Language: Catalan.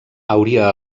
hauria